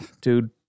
Dude